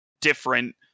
different